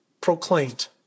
proclaimed